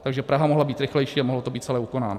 Takže Praha mohla být rychlejší a mohlo to být celé ukonáno.